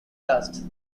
dust